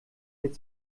wird